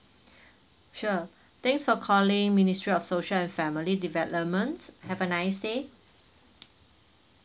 sure thanks for calling ministry of social and family development have a nice day